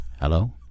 Hello